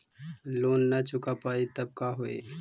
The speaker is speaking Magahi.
लोन न चुका पाई तब का होई?